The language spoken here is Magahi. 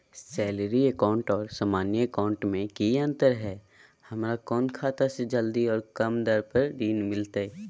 सैलरी अकाउंट और सामान्य अकाउंट मे की अंतर है हमरा कौन खाता से जल्दी और कम दर पर ऋण मिलतय?